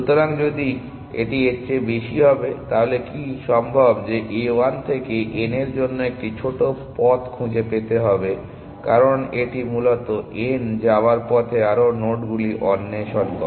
সুতরাং যদি এটি এর চেয়ে বেশি হবে তাহলে কি সম্ভব যে A 1 থেকে n এর জন্য একটি ছোট পথ খুঁজে পেতে হবে কারণ এটি মূলত n যাওয়ার পথে আরও নোডগুলি অন্বেষণ করে